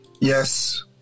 yes